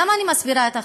למה אני מסבירה את החוק?